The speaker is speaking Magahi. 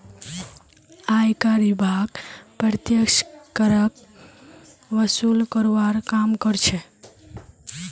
आयकर विभाग प्रत्यक्ष करक वसूल करवार काम कर्छे